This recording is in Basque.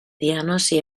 diagnosi